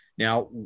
Now